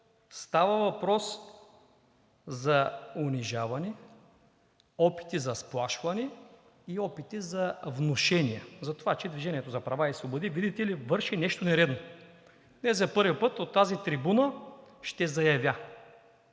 става въпрос за унижаване, опити за сплашване и опити за внушения, затова че „Движение за права и свободи“, видите ли, върши нещо нередно. Не за първи път от тази трибуна ще заявя,